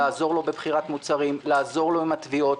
לעזור לו בבחירת מוצרים, לעזור לו עם התביעות.